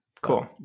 cool